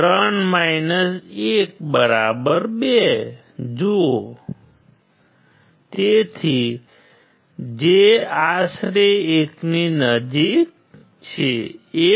3 1 2 જુઓ તેથી જે આશરે 1 ની નજીક છે 1